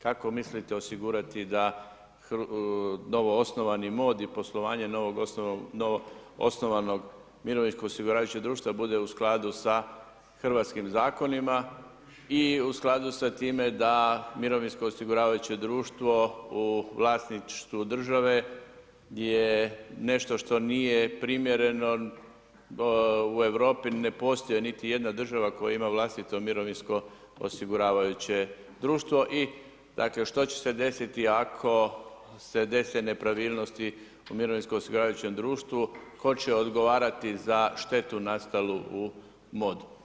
Kako mislite osigurati da novoosnovani mod i poslovanje novo osnovanog mirovinskog osiguravajućeg društva bude u skladu sa Hrvatskim zakonima i u skladu sa time da mirovinsko osiguravajuće društvo u vlasništvu države je nešto što nije primjereno u Europi, ne postoji niti jedna država koja ima vlastito mirovinsko osiguravajuće društvo i dakle što će se desiti ako se dese nepravilnosti u mirovinskom osiguravajućem društvu, tko će odgovarati za štetu nastalu u mod.